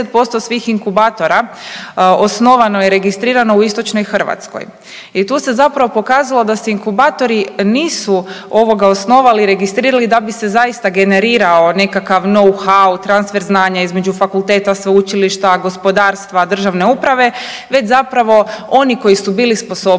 svih inkubatora osnovano je i registrirano u Istočnoj Hrvatskoj i tu se zapravo pokazalo da se inkubatori nisu osnovali i registrirali da bi se zaista generirao nekakav know-how transfer znanje između fakulteta, sveučilišta, gospodarstva, državne uprave već zapravo oni koji su bili sposobniji,